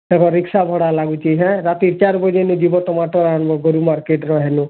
ଦେଖ ରିକ୍ସା ଭଡ଼ା ଲାଗୁଛେ ହାଏଁ ରାତିର୍ ଚାଏର୍ ବଜେନୁ ଯିବ ଟମାଟର୍ ଆନ୍ବ କରି ମାର୍କେଟ୍ରେ ହେଲେ